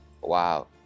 wow